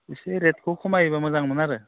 एसे रेटखौ खमायोबा मोजांमोन आरो